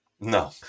No